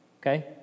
Okay